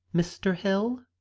mr. hill?